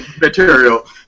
material